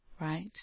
right